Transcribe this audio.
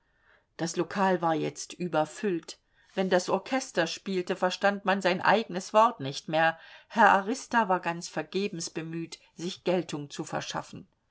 das lokal war jetzt überfüllt wenn das orchester spielte verstand man sein eigenes wort nicht mehr herr arista war ganz vergebens bemüht sich geltung zu verschaffen